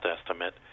estimate